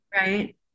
Right